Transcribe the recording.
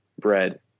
bread